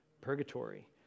Purgatory